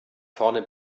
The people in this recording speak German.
vorne